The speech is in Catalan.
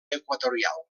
equatorial